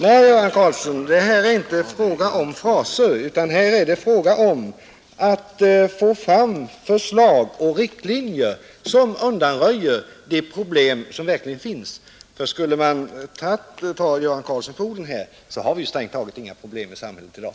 Nej, herr Göran Karlsson, här är det inte fråga om fraser, utan här är det fråga om att få fram förslag och riktlinjer som undanröjer de problem som verkligen finns. Skulle man ta herr Göran Karlsson på orden, så har vi strängt taget inga problem i samhället i dag.